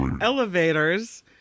Elevators